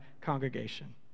congregation